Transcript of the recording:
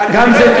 נכון.